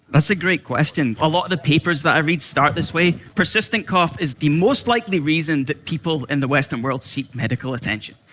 that's a great question. a lot of the papers that i read start this way. persistent cough is the most likely reason that people in the western world seek medical attention.